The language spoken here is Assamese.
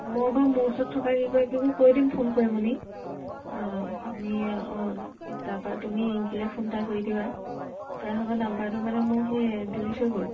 মই বাৰু মোৰ ওচৰত থকা কেইগৰাকীবােৰ কৈ দিম ফোন কৰি মানি আমি অঁ তাৰপৰা তুমি ৰিঙকিলৈ ফোন এটা কৰি দিবা তাইৰ ভাগৰ নম্বৰটো মানে মোৰ সেই ডিলিট হৈ গ'ল